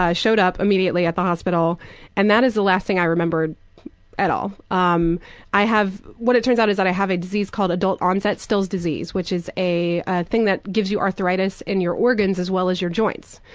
showed up immediately at the hospital and that is the last thing i remember at all. um i have what it turns out is i have a disease called adult onset still's disease, which is a ah thing that gives you arthritis in your organs as well as your joints.